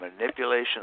manipulation